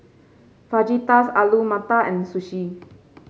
Fajitas Alu Matar and Sushi